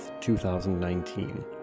2019